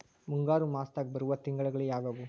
ಮುಂಗಾರು ಮಾಸದಾಗ ಬರುವ ತಿಂಗಳುಗಳ ಯಾವವು?